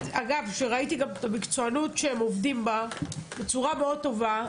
שאגב ראיתי את המקצוענות שבה הם עובדים ובצורה מאוד טובה,